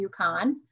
UConn